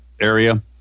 area